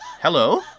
Hello